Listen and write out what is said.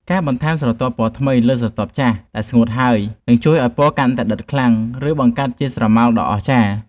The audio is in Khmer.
ការបន្ថែមស្រទាប់ពណ៌ថ្មីពីលើស្រទាប់ចាស់ដែលស្ងួតហើយនឹងជួយឱ្យពណ៌កាន់តែដិតខ្លាំង ឬ បង្កើតបានជាស្រមោលដ៏អស្ចារ្យ។